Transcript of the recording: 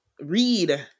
read